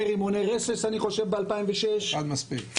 רימוני רסס אני חושב ב-2006 --- אחד מספיק.